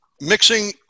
mixing